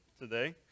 today